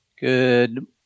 Good